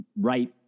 right